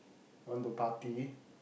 want to party